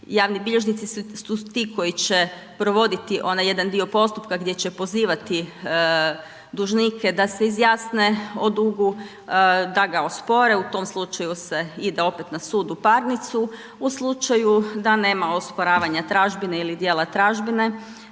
javni bilježnici su ti koji će provoditi onaj jedan dio postupka gdje će pozivati dužnike da se izjasne o dugu, da ga ospore. U tom slučaju ide opet na sud u parnicu, u slučaju da nema osporavanja tražbine ili dijela tražbine